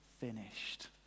finished